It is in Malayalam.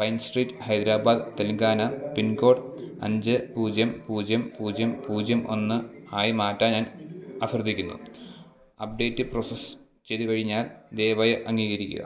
pine Street Hyderabad Telangana pin code അഞ്ച് പൂജ്യം പൂജ്യം പൂജ്യം പൂജ്യം ഒന്ന് ആയി മാറ്റാൻ ഞാൻ അഭ്യര്ഥിക്കുന്നു അപ്ഡേറ്റ് പ്രോസസ് ചെയ്തുകഴിഞ്ഞാൽ ദയവായി അംഗീകരിക്കുക